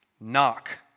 Knock